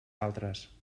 altres